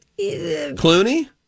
Clooney